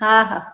हा हा